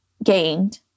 gained